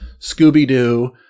Scooby-Doo